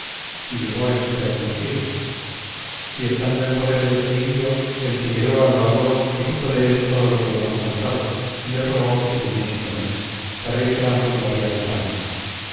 y llevó a esquivel consigo y estando en poder de este indio el figueroa lo habló y supo de él todo lo que hemos contado y le rogó que se viniese con él para irse ambos la vía de pánuco